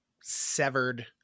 severed